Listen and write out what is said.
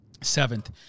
Seventh